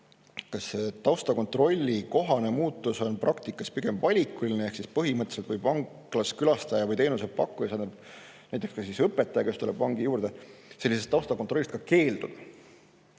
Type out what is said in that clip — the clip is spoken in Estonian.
kas taustakontrolli kohane muudatus on praktikas pigem valikuline ehk siis põhimõtteliselt võib vangla külastaja või teenusepakkuja, näiteks õpetaja, kes tuleb vangi juurde, sellisest taustakontrollist ka keelduda.